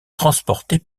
transportés